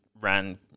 ran